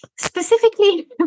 specifically